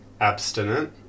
abstinent